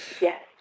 Yes